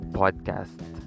podcast